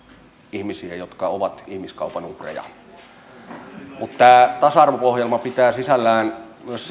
ihmisiä jotka ovat ihmiskaupan uhreja tämä tasa arvo ohjelma pitää sisällään myös